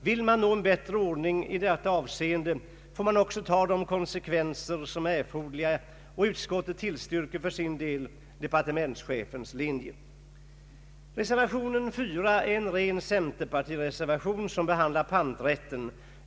Vill man nå en bättre ordning i detta avseende får man också ta de konsekvenser som är erforderliga, och utskottet tillstyrker departementschefens linje. Reservation IV är en ren centerpartireservation och behandlar panträtten.